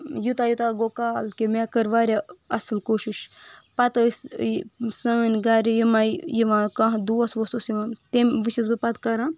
یوٗتاہ یوٗتاہ گوٚو کال کہِ مےٚ کٔر واریاہ اصل کوٗشش پتہٕ أسۍ سٲنۍ گر یِمٕے یِوان کانٛہہ دوس ووس اوس یِوان تٔمۍ وٕچھس بہٕ پتہٕ کران